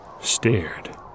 stared